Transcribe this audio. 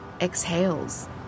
exhales